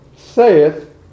saith